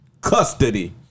Custody